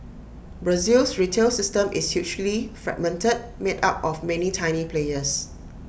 Brazil's retail system is hugely fragmented made up of many tiny players